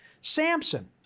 Samson